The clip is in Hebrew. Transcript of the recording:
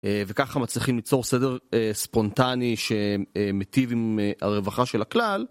וככה מצליחים ליצור סדר ספונטני שמטיב עם הרווחה של הכלל.